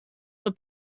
were